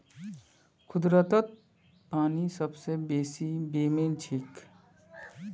कुदरतत पानी सबस बेसी बेमेल छेक